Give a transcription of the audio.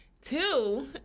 Two